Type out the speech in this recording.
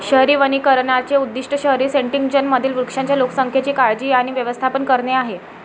शहरी वनीकरणाचे उद्दीष्ट शहरी सेटिंग्जमधील वृक्षांच्या लोकसंख्येची काळजी आणि व्यवस्थापन करणे आहे